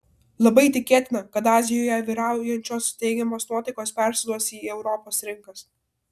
labai tikėtina kad azijoje vyraujančios teigiamos nuotaikos persiduos į į europos rinkas